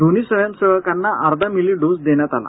दोन्ही स्वयंसेवकांना अर्धामिली डोस देण्यात आला